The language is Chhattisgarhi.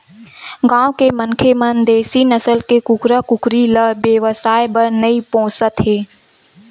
गाँव के मनखे मन देसी नसल के कुकरा कुकरी ल बेवसाय बर नइ पोसत हे